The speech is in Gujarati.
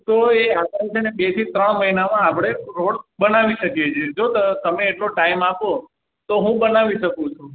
તો એ આપણે છે ને બે થી ત્રણ મહિનામાં આપણે રોડ બનાવી શકીએ છીએ જો તમે એટલો ટાઈમ આપો તો હું બનાવી શકું છું